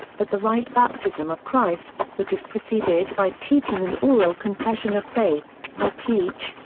but the right baptism of christ, which is preceded by teaching and oral confession of faith, i teach,